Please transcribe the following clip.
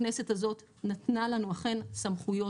הכנסת הזאת נתנה לנו אכן סמכויות,